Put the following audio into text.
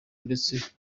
ndetse